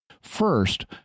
First